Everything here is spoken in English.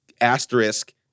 Asterisk